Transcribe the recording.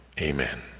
amen